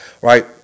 right